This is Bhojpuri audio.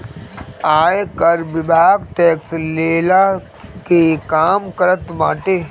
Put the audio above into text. आयकर विभाग टेक्स लेहला के काम करत बाटे